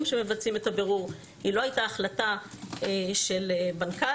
שמבצעים את הבירור לא הייתה החלטה של מנכ"ל,